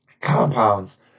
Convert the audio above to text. compounds